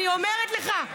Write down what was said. אתה טועה, אני אומרת לך.